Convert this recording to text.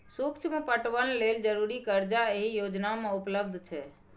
सुक्ष्म पटबन लेल जरुरी करजा एहि योजना मे उपलब्ध छै